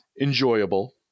enjoyable